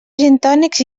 gintònics